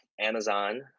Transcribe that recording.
Amazon